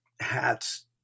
hat's